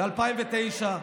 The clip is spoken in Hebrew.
ב-2009.